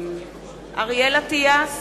(קוראת בשמות חברי הכנסת) אריאל אטיאס,